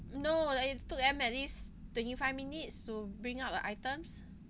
no that is took them at least twenty five minutes to bring up the items